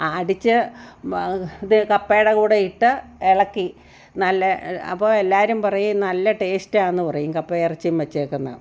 അടിച്ച് ഇത് കപ്പയുടെ കൂടെ ഇട്ട് ഇളക്കി നല്ല അപ്പോൾ എല്ലാവരും പറയും നല്ല ടേസ്റ്റാന്ന് പറയും കപ്പയിറച്ചി വെച്ചേക്കുന്നത്